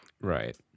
Right